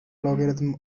logarithm